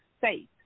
safe